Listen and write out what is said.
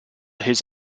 this